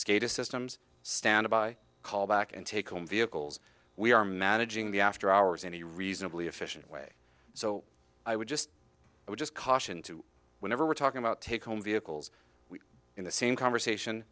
skaters systems standby callback and take on vehicles we are managing the after hours any reasonably efficient way so i would just i would just caution to whenever we're talking about take home vehicles we in the same conversation